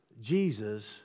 Jesus